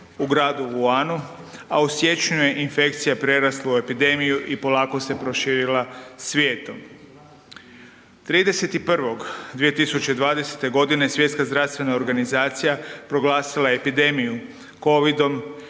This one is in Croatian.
u gradu Wuhanu, a u siječnju je infekcija prerasla u epidemiju i polako se proširila svijetom. 30.1.2020. godine Svjetska zdravstvena organizacija proglasila je epidemiju Covidom,